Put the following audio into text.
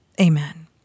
Amen